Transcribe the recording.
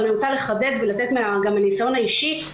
אני רוצה לחדד ולתת מהניסיון האישי,